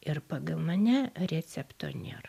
ir pagal mane recepto nėr